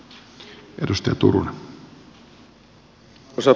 arvoisa puhemies